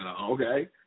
okay